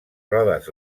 rodes